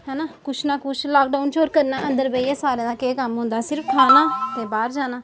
हैना कुछ ना कुछ लॉकडाउन च और करना अंदर बेहियै सारें दा केह् कम्म हुंदा सिर्फ खाना ते बाहर जाना